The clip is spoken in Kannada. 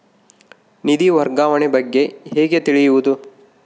ನಿಧಿ ವರ್ಗಾವಣೆ ಬಗ್ಗೆ ಹೇಗೆ ತಿಳಿಯುವುದು?